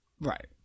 Right